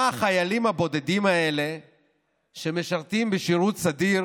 מה החיילים הבודדים האלה שמשרתים בשירות סדיר